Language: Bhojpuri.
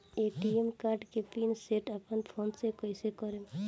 ए.टी.एम कार्ड के पिन सेट अपना फोन से कइसे करेम?